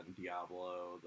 Diablo